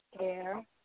air